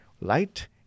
Light